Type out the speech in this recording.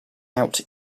out